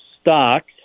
stocks